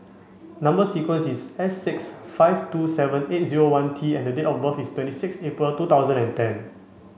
number sequence is S six five two seven eight zero one T and date of birth is twenty six April two thousand and ten